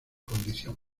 condición